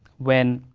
when